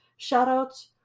shoutouts